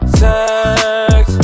sex